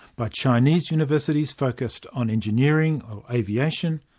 by chinese universities focused on engineering or aviation,